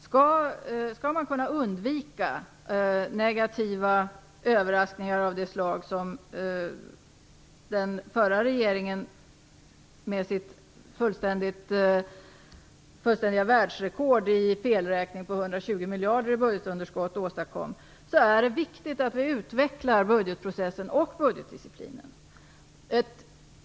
Skall man kunna undvika negativa överraskningar av det slag som den förra regeringen åstadkom, med sitt fullständiga världsrekord i felräkning på 120 miljarder i budgetunderskott, är det viktigt att vi utvecklar budgetprocessen och budgetdisciplinen.